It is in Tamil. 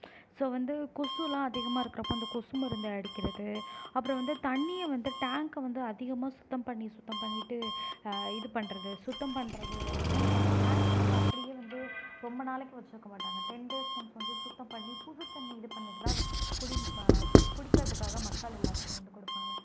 ஸோ வந்து கொசுலாம் அதிகமாக இருக்கிறப்போ அந்த கொசு மருந்து அடிக்கிறது அப்பறம் வந்து தண்ணீய வந்து டேங்க்கை வந்து அதிகமாக சுத்தம் பண்ணி சுத்தம் பண்ணிட்டு இது பண்ணுறது சுத்தம் பண்ணுறது மீன்ஸ் அந்த டேங்க்கை வந்து அப்படியே வந்து ரொம்ப நாளைக்கு வச்சிருக்க மாட்டாங்க டென் டேஸ் ஒன்ஸ் வந்து சுத்தம் பண்ணி புது தண்ணீர் இது பண்ணிட்டுதான் அது குடி ம குடிக்கிறதுக்காக மக்கள் எல்லாத்துக்கும் வந்து கொடுப்பாங்க